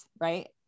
right